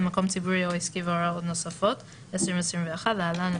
שתי ההוראות האלה --- ברגע שהוא לא מאריך את